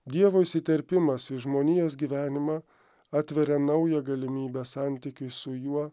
dievo įsiterpimas į žmonijos gyvenimą atveria naują galimybę santykiui su juo